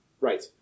Right